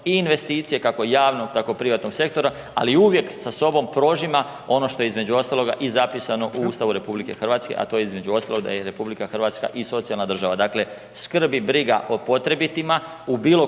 i investicije kako javnog tako privatnog sektora, ali uvijek sa sobom prožima ono što je između ostaloga zapisano u Ustavu RU, a to je da je RH i socijalna država. Dakle, skrb i briga o potrebitima u bilo